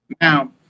Now